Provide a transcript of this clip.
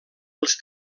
els